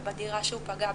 בדירה שהוא פגע בי.